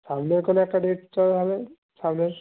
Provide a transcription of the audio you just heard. সামনের কোনো একটা ডেট চল তাহলে সামনের